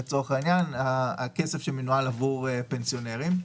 למשל הכסף שמנוהל עבור הפנסיונרים,